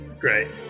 great